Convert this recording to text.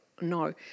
No